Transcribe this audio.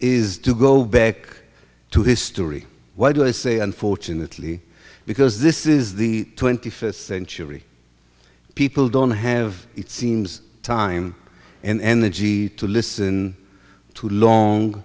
is to go back to this story why do i say unfortunately because this is the twenty first century people don't have it seems time and energy to listen to long